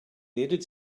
needed